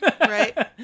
Right